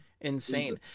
Insane